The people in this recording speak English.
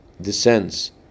descends